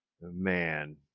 man